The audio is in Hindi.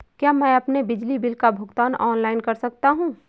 क्या मैं अपने बिजली बिल का भुगतान ऑनलाइन कर सकता हूँ?